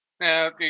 Now